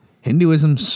Hinduism